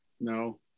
No